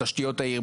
בתשתיות העיר,